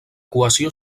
cohesió